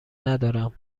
ندارم